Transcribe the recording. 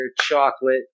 chocolate